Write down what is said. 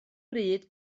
bryd